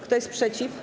Kto jest przeciw?